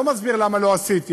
אני לא מסביר למה לא עשיתי,